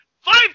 five